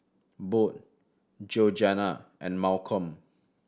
Bode Georgiana and Malcom